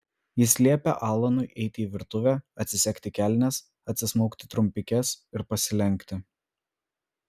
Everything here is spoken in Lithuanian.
jis liepė alanui eiti į virtuvę atsisegti kelnes atsismaukti trumpikes ir pasilenkti